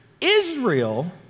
Israel